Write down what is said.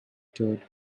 entered